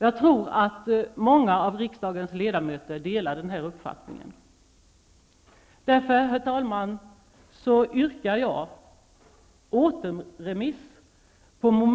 Jag tror att många av riksdagens ledamöter delar denna uppfattning. Därför, herr talman, yrkar jag återremiss av mom.